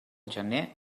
gener